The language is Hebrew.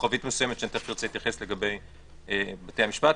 כוכבית מסוימת שמיד אתייחס אליה, לגבי בתי המשפט.